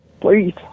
Please